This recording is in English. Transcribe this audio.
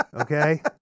Okay